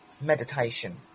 meditation